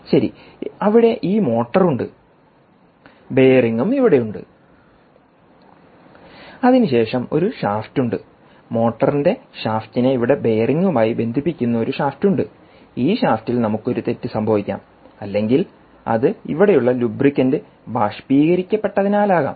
ശരി അവിടെ ഈ മോട്ടോർ ഉണ്ട് ബെയറിംഗും ഇവിടെയുണ്ട് അതിനുശേഷം ഒരു ഷാഫ്റ്റ് ഉണ്ട് മോട്ടറിന്റെ ഷാഫ്റ്റിനെ ഇവിടെ ബെയറിംഗുമായി ബന്ധിപ്പിക്കുന്ന ഒരു ഷാഫ്റ്റ് ഉണ്ട് ഈ ഷാഫ്റ്റിൽ നമുക്ക് ഒരു തെറ്റ് സംഭവിക്കാം അല്ലെങ്കിൽ അത് ഇവിടെയുള്ള ലൂബ്രിക്കന്റ് ബാഷ്പീകരിക്കപ്പെട്ടതിനാലാകാം